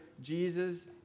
Jesus